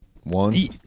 One